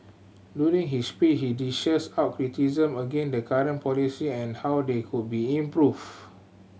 during his speech he dished out criticism against the current policy and how they could be improved